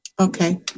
Okay